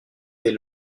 des